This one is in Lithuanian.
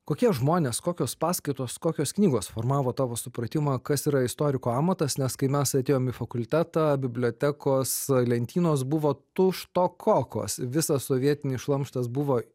kokie žmonės kokios paskaitos kokios knygos formavo tavo supratimą kas yra istoriko amatas nes kai mes atėjom į fakultetą bibliotekos lentynos buvo tuštokokos visas sovietinis šlamštas buvo